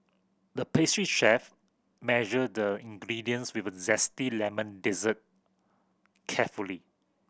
the pastry chef measured the ingredients with a zesty lemon dessert carefully